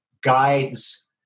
guides